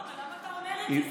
שנייה אחת, למה אתה אומר את זה?